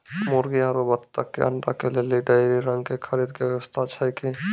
मुर्गी आरु बत्तक के अंडा के लेली डेयरी रंग के खरीद के व्यवस्था छै कि?